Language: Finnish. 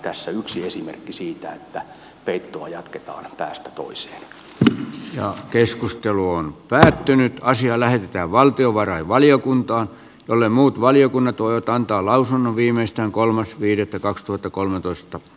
tässä yksi esimerkki siitä että peittoa jatketaan päästä toiseen ja keskustelu on päättynyt ja asia lähetetään valtiovarainvaliokuntaan jolle muut valiokunnatoita antaa lausunnon viimeistään kolmas viidettä kaksituhattakolmetoista